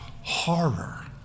horror